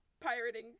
pirating